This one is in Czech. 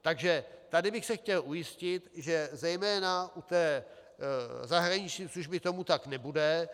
Takže tady bych se chtěl ujistit, že zejména u té zahraniční služby tomu tak nebude.